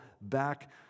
back